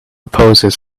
poses